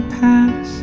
pass